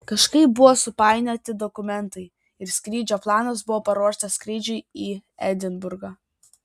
kažkaip buvo supainioti dokumentai ir skrydžio planas buvo paruoštas skrydžiui į edinburgą